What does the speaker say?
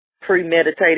premeditated